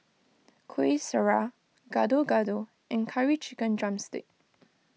Kueh Syara Gado Gado and Curry Chicken Drumstick